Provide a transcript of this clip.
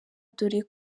dore